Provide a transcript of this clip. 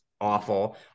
awful